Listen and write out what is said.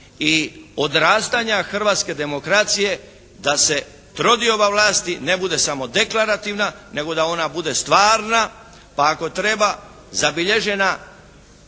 i odrastanja hrvatske demokracije da se trodioba vlasti ne bude samo deklarativna nego da ona bude stvarno pa ako treba zabilježena